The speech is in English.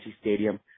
Stadium